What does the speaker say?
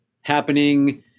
happening